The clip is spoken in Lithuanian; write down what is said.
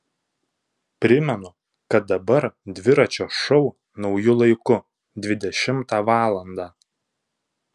primenu kad dabar dviračio šou nauju laiku dvidešimtą valandą